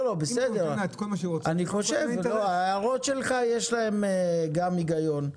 לא בסדר, אני חושב, ההערות שלך יש להן גם היגיון,